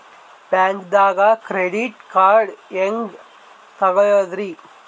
ಬ್ಯಾಂಕ್ದಾಗ credit card ಹೆಂಗ್ ತಗೊಳದ್ರಿ?